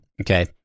Okay